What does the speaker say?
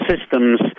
systems